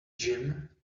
gym